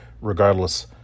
regardless